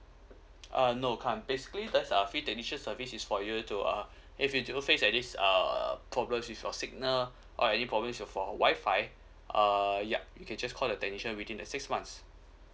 uh no can't basically this uh free technician service is for you to uh if you face at this uh problems with your signal or any problem you've for wifi err yup you can just call the technician within the six months